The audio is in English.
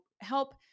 help